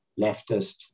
leftist